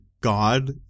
God